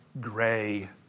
gray